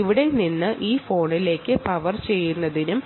ഇവിടെ നിന്ന് ഈ ഫോണിലേക്ക് പവർ ചെയ്യുന്നതിനും